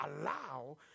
allow